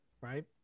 Right